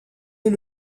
est